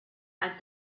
and